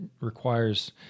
requires